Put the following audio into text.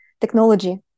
technology